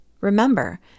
Remember